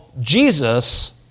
Jesus